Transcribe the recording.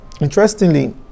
interestingly